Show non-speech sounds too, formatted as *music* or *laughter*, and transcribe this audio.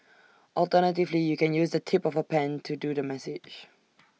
alternatively you can use the tip of A pen to do the massage *noise*